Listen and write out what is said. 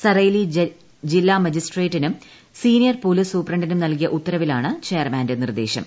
സറൈലി ജില്ലാ മജിസ്ട്രേറ്റിനും senior police സൂപ്രണ്ടിനും നൽകിയ ഉത്തരവിലാണ് ചെയർമാന്റെ നിർദ്ദേശം